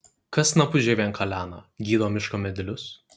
kas snapu žievėn kalena gydo miško medelius